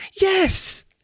Yes